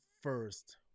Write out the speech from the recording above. first